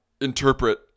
interpret